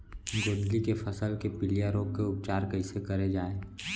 गोंदली के फसल के पिलिया रोग के उपचार कइसे करे जाये?